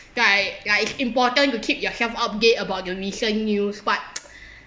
like like it's important to keep yourself update about the recent news but